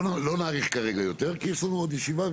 לא נאריך כרגע יותר כי יש לנו עוד ישיבה,